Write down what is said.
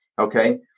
Okay